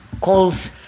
calls